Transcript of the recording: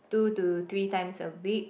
two to three times a week